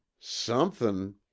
Something